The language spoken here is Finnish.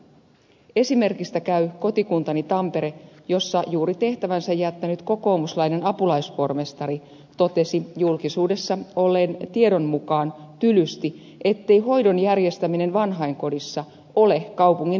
esimerkistä käy kotikuntani tampere jossa juuri tehtävänsä jättänyt kokoomuslainen apulaispormestari totesi julkisuudessa olleen tiedon mukaan tylysti ettei hoidon järjestäminen vanhainkodissa ole kaupungin velvollisuus